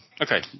Okay